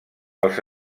els